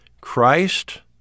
Christ